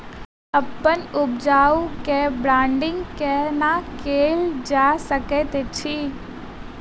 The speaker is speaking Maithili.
अप्पन उपज केँ ब्रांडिंग केना कैल जा सकैत अछि?